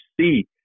see